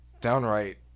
downright